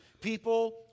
people